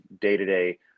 day-to-day